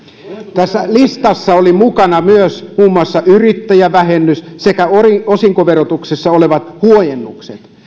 tässä listassa oli mukana myös muun muassa yrittäjävähennys sekä osinkoverotuksessa olevat huojennukset